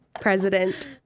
President